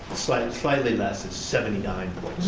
slightly slightly less, it's seventy nine